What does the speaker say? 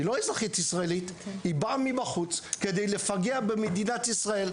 היא לא אזרחית ישראלית היא באה מבחוץ כדי לפגע במדינת ישראל,